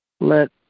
Let